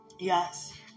Yes